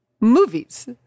movies